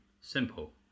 simple